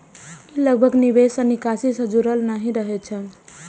ई लाभ निवेश आ निकासी सं जुड़ल नहि रहै छै